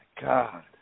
god